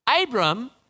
Abram